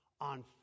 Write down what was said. on